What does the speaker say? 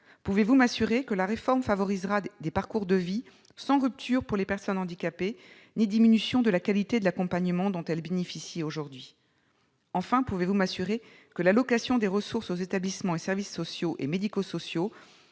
Pouvez-vous m'assurer que la réforme favorisera des parcours de vie sans rupture pour les personnes handicapées ni diminution de la qualité de l'accompagnement dont elles bénéficient aujourd'hui ? Enfin, pouvez-vous m'assurer que l'allocation des ressources aux établissements et services sociaux et médico-sociaux